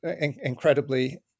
incredibly